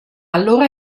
allora